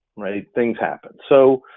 things happen. so